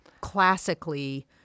Classically